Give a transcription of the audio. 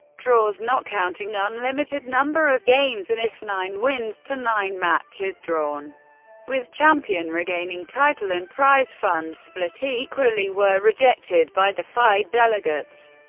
draws not counting, unlimited number of games and if nine wins to nine match is drawn with champion regaining title and prize fund split equally were rejected by the fide delegates.